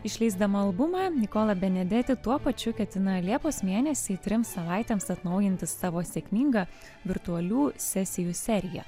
išleisdama albumą nikola benedeti tuo pačiu ketina liepos mėnesį trims savaitėms atnaujinti savo sėkmingą virtualių sesijų seriją